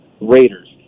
Raiders